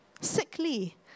sickly